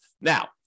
Now